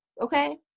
okay